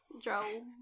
joe